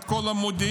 את כל המודיעין,